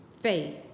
faith